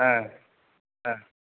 হ্যাঁ হ্যাঁ